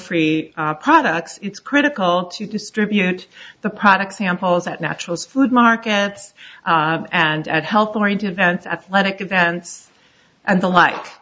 free products it's critical to distribute the products samples at natural food markets and at health oriented events athletic events and the li